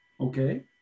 okay